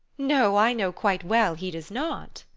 no, i know quite well he does not!